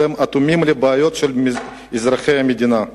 אתם אטומים לבעיות של אזרחי המדינה.